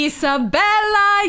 Isabella